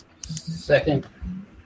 Second